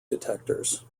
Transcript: detectors